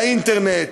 לאינטרנט,